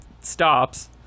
stops